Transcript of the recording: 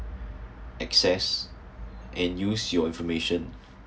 access and use your information